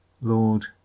Lord